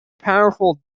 powerful